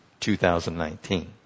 2019